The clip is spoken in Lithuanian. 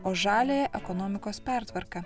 o žaliąją ekonomikos pertvarką